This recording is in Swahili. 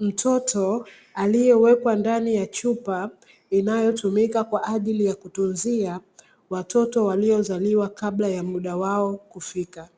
mtoto aliyewekwa ndani ya chupa inayotumika kwa ajili ya kutunzia watoto waliozaliwa kabla ya muda wao kufika.